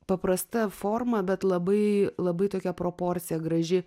paprasta forma bet labai labai tokia proporcija graži